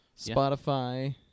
Spotify